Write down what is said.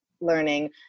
learning